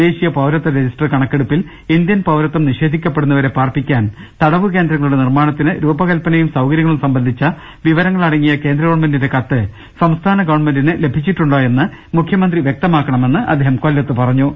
ദേശീയ പൌരത്വ രജിസ്റ്റർ കണക്കെടുപ്പിൽ ഇന്ത്യൻ പൌരത്വം നിഷേധി ക്കപ്പെടുന്നവരെ പാർപ്പിക്കാൻ തടവുകേന്ദ്രങ്ങളുടെ നിർമ്മാണത്തിന് രൂപക ല്പനയും സൌകര്യങ്ങളും സംബന്ധിച്ച വിവരങ്ങളടങ്ങിയ കേന്ദ്ര ഗവൺമെന്റിന്റെ കത്ത് സംസ്ഥാന ഗവൺമെന്റിന് ലഭിച്ചിട്ടുണ്ടോയെന്ന് മു ഖൃമന്ത്രി വൃക്തമാക്കണമെന്ന് അദ്ദേഹം കൊല്ലത്ത് പറഞ്ഞു